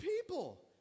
people